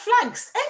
flags